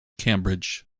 cambridge